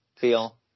feel